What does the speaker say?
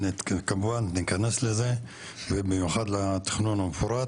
כמובן ניכנס לזה ובמיוחד לתכנון המפורט,